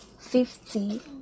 Fifty